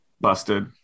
busted